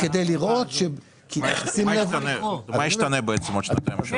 מה ישתנה במשך השנתיים-שלוש?